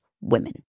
women